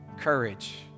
courage